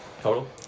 Total